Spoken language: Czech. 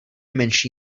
menší